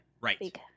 right